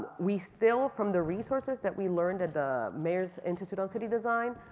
we still, from the resources that we learned at the mayors institute on city design,